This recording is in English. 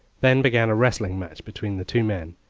then began a wrestling match between the two men,